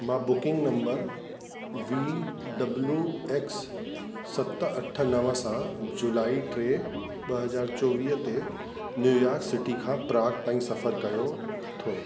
मां booking number V W X सत अठ नव सां जुलाई टे ॿ हज़ार चोवीह ते न्यूयॉर्क सिटी खां प्राक ताईं सफ़र कयो थो